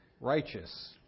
Righteous